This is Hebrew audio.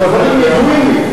הדברים ידועים לי.